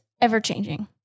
ever-changing